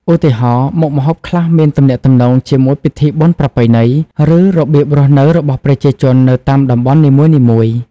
ឧទាហរណ៍ មុខម្ហូបខ្លះមានទំនាក់ទំនងជាមួយពិធីបុណ្យប្រពៃណី ឬរបៀបរស់នៅរបស់ប្រជាជននៅតាមតំបន់នីមួយៗ ។